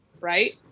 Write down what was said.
right